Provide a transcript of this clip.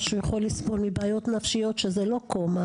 או שהוא יכול לסבול מבעיות נפשיות שזה לא קומה,